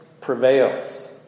prevails